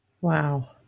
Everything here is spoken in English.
Wow